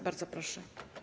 Bardzo proszę.